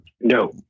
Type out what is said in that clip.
no